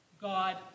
God